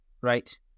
right